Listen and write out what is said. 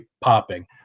popping